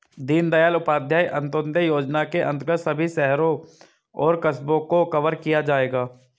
दीनदयाल उपाध्याय अंत्योदय योजना के अंतर्गत सभी शहरों और कस्बों को कवर किया जाएगा